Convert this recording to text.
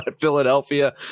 Philadelphia